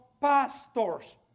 pastors